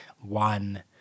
one